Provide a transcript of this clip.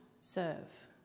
serve